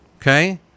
Okay